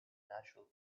natural